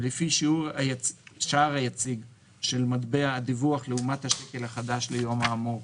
ולפי השער היציג של מטבע הדיווח לעומת השקל החדש ליום האמור,